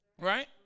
right